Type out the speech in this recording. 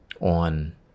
on